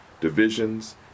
divisions